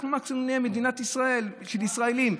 מקסימום נהיה מדינת ישראל, של ישראלים.